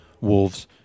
wolves